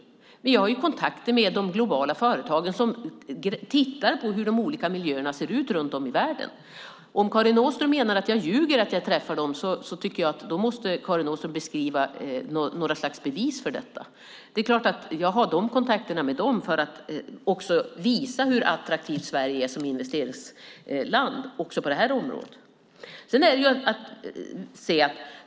Vi har kontakter med de globala företag som tittar på hur de olika miljöerna ser ut runt om i världen. Om Karin Åström menar att jag ljuger om att jag träffar dem tycker jag att Karin Åström måste ha några slags bevis för detta. Det är klart att jag har de kontakterna med dem för att också visa hur attraktivt Sverige är som investeringsland även på det här området.